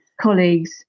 colleagues